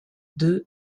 deux